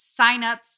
signups